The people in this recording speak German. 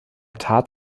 tat